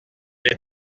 est